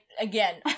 Again